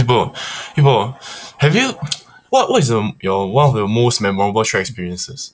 !hey! bro !hey! bro have you what what is um your one of your most memorable trip experiences